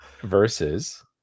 Versus